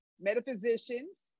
metaphysicians